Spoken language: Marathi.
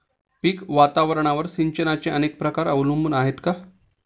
पीक वातावरणावर सिंचनाचे अनेक प्रकार अवलंबून आहेत का?